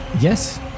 Yes